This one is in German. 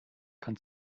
kann